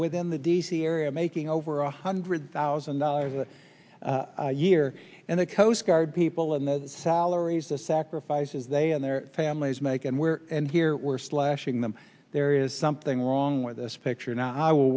within the d c area making over one hundred thousand dollars a year and the coast guard people and their salaries the sacrifices they and their families make and we're here we're slashing them there is something wrong with this picture and i will